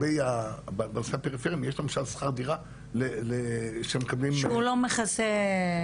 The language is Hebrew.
בנושא הפריפרי יש למשל שכר דירה --- שהוא לא מכסה.